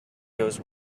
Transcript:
goes